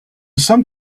some